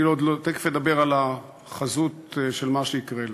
תכף אני אדבר על החזות של מה שיקרה לה.